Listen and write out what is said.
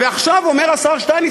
ועכשיו אומר השר שטייניץ,